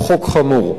הוא חוק חמור.